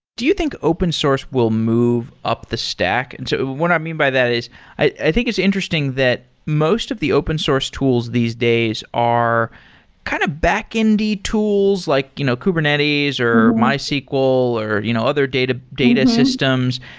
do you think open source will move up the stack? and so what i mean by that is i think it's interesting that most of the open source tools these days are kind of backend-y tools, like you know kubernetes, or mysql, or you know other data data systems.